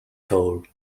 tour